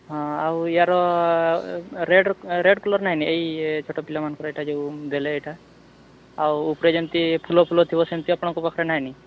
ହଁ ଆଉ ୟାର ରେଡ଼୍ ରେଡ଼୍ କଲର୍ ନାହିଁ ନା ଏଇ ଛୋଟ ପିଲାମାନଙ୍କର ଏଟା ଯେଉଁ ଦେଲେ ଏଇଟା ଆଉ ଉପରେ ଯେମିତି ଫୁଲ ଫୁଲ ଥିବ ସେମିତି ଆପଣଙ୍କ ପାଖରେ ନାହିଁ ନା